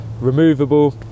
removable